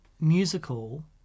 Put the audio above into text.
musical